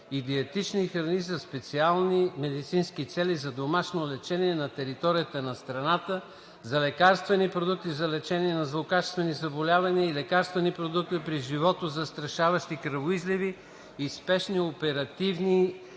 и диетични храни за специални медицински цели за домашно лечение на територията на страната, за лекарствени продукти за лечение на злокачествени заболявания и лекарствени продукти при животозастрашаващи кръвоизливи и спешни оперативни и